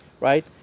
right